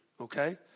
Okay